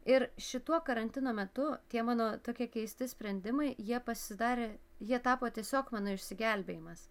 ir šituo karantino metu tie mano tokie keisti sprendimai jie pasidarė jie tapo tiesiog mano išsigelbėjimas